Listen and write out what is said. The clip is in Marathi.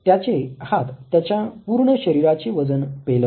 त्याचे हात त्याच्या पूर्ण शरीराचे वजन पेलवतात